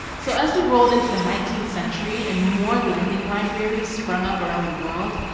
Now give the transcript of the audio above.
so as we rolled into the nineteenth century and more lending libraries sprung up around the world,